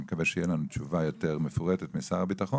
אני מקווה שתהיה לנו תשובה יותר מפורטת משר הביטחון